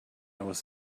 was